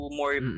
more